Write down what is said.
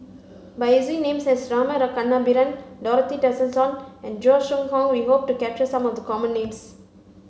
by using names as Rama Kannabiran Dorothy Tessensohn and Chua Koon Siong we hope to capture some of the common names